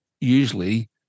usually